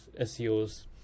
SEOs